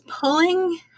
pulling